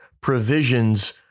provisions